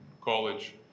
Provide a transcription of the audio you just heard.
college